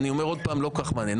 אני אומר עוד פעם, לא כל-כך מעניין.